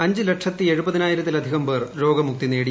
അഞ്ചു ലക്ഷത്തി എഴുപതിനായിരത്തിലധികം പേർ രോഗമുക്തി നേടി